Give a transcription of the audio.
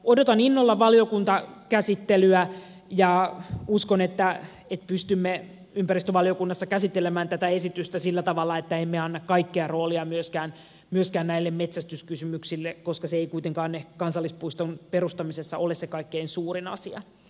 odotan innolla valiokuntakäsittelyä ja uskon että pystymme ympäristövaliokunnassa käsittelemään tätä esitystä sillä tavalla että emme anna kaikkea roolia myöskään näille metsästyskysymyksille koska ne eivät kuitenkaan kansallispuiston perustamisessa ole se kaikkein suurin asia